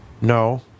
No